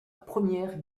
première